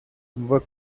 were